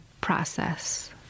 process